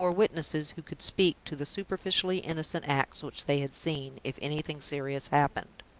before witnesses who could speak to the superficially innocent acts which they had seen, if anything serious happened.